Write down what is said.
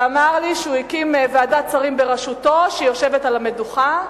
שאמר לי שהוא הקים ועדת שרים בראשותו שיושבת על המדוכה,